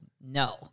No